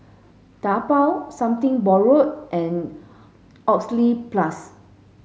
Taobao Something Borrowed and Oxyplus